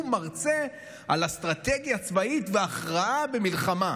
הוא מרצה על אסטרטגיה צבאית והכרעה במלחמה.